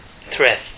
threat